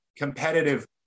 competitive